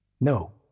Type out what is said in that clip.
No